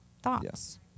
thoughts